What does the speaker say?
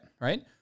right